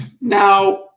Now